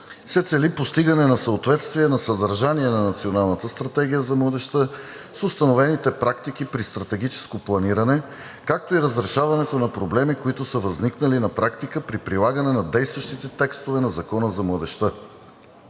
се цели постигане на съответствие на съдържание на Националната стратегия за младежта с установените практики при стратегическо планиране, както и разрешаването на проблеми, които са възникнали на практика при прилагане на действащите текстове на Закона за младежта.